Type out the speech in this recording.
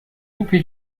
lupe